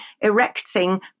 erecting